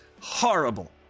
horrible